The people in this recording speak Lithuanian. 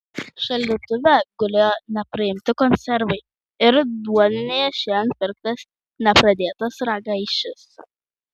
šaldytuve gulėjo nepraimti konservai ir duoninėje šiandien pirktas nepradėtas ragaišis